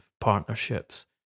partnerships